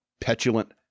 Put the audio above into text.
Petulant